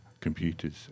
computers